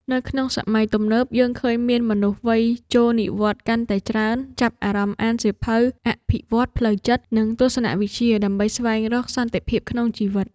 នៅក្នុងសម័យទំនើប យើងឃើញមានមនុស្សវ័យចូលនិវត្តន៍កាន់តែច្រើន ចាប់អារម្មណ៍អានសៀវភៅអភិវឌ្ឍផ្លូវចិត្ត និងទស្សនវិជ្ជាដើម្បីស្វែងរកសន្តិភាពក្នុងជីវិត។